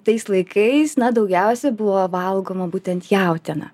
tais laikais na daugiausia buvo valgoma būtent jautiena